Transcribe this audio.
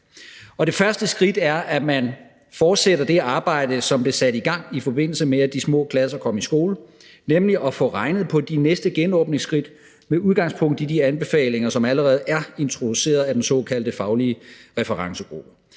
det første skridt er, at man fortsætter det arbejde, som er blevet sat i gang i forbindelse med, at de små klasser kommer i skole, nemlig at få regnet på de næste genåbningsskridt med udgangspunkt i de anbefalinger, som allerede er introduceret af den såkaldte faglige referencegruppe.